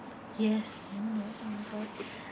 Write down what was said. yes I'm like oh my god